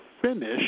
finish